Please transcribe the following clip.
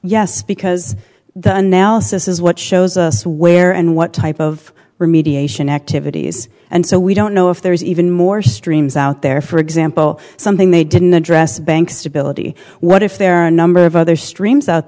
yes because the analysis is what shows us where and what type of remediation activities and so we don't know if there is even more streams out there for example something they didn't address bank stability what if there are a number of other streams out